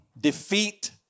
defeat